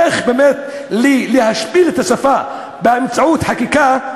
איך, באמת, להשפיל את השפה באמצעות חקיקה?